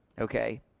Okay